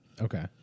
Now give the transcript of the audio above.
Okay